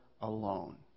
alone